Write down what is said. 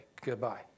goodbye